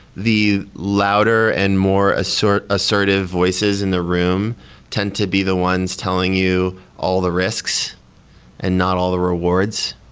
the louder and more assort assertive voices in the room tend to be the ones telling you all the risks and not all the rewards,